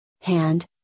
hand